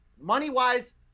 money-wise